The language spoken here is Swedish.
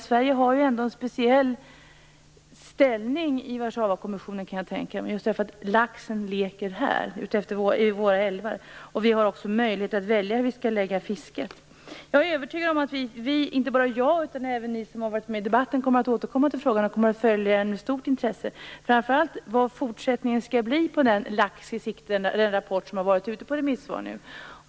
Sverige har, kan jag tänka mig, en speciell ställning i Warszawakonventionen just därför att laxen leker i våra älvar. Dessutom har vi alltså möjlighet att välja hur vi skall lägga fisket. Jag är övertygad om att inte bara jag utan också övriga som deltagit i debatten återkommer till frågan och följer den med stort intresse. Framför allt gäller det vad fortsättningen blir på rapporten Lax i sikte, som varit ute på remiss.